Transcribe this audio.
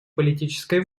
политической